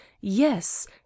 yes